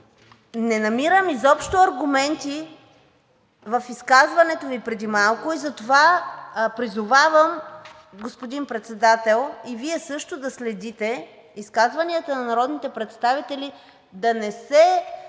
Не намирам изобщо аргументи в изказването Ви отпреди малко и затова призовавам, господин Председател, Вие също да следите изказванията на народните представители да не се